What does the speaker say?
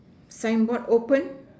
sign board open